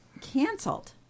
canceled